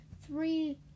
three